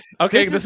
Okay